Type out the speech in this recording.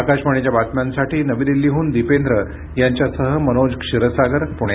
आकाशवाणीच्या बातम्यांसाठी नवी दिल्लीहून दिपेंद्र यांच्यासह मनोज क्षीरसागर पुणे